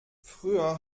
früher